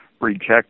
reject